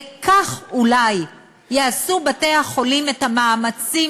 וכך אולי יעשו בתי-החולים את המאמצים